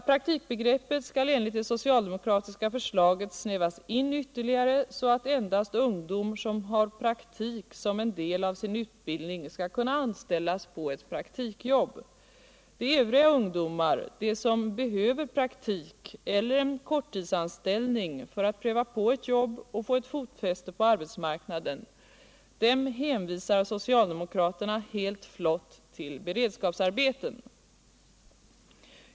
Praktikbegreppet skall enligt det socialdemokratiska förslaget snävas in ytterligare, så att endast ungdom som har praktik som en del av sin utbildning skall kunna anställas på ett praktikjobb. Övriga ungdomar, de som behöver praktik eller korttidsanställning för att pröva på jobb och få ett fotfäste på arbetsmarknaden, hänvisar socialdemokraterna helt flou till beredskapsarbeten.